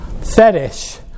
fetish